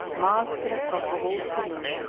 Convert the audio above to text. mask in the top of all scenery,